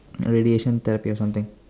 radiation therapy or something